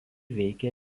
veikia